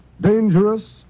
dangerous